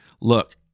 look